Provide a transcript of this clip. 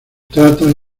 trata